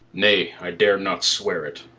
nay, i dare not swear it.